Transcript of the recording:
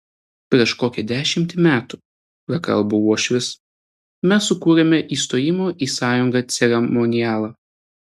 prieš kokią dešimtį metų prakalbo uošvis mes sukūrėme įstojimo į sąjungą ceremonialą